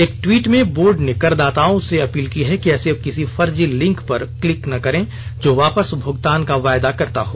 एक ट्वीट में बोर्ड ने करदाताओं से अपील की है कि ऐसे किसी फर्जी लिंक पर क्लिक न करें जो वापस भगतान का वायदा करता हो